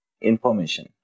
information